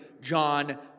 John